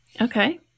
Okay